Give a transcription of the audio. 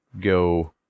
go